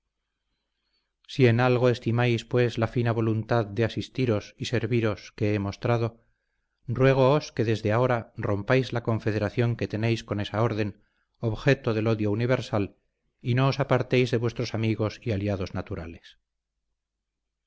si en algo estimáis pues la fina voluntad que de asistiros y serviros he mostrado ruégoos que desde ahora rompáis la confederación que tenéis con esa orden objeto del odio universal y no os apartéis de vuestros amigos y aliados naturales